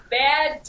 bad